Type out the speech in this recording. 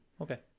Okay